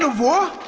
ah walk